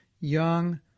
Young